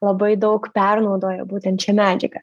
labai daug pernaudoja būtent šią medžiagą